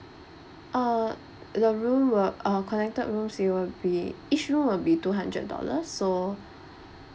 uh the room were uh connected rooms it will be each room will be two hundred dollar so